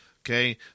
Okay